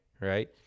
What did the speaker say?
Right